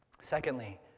Secondly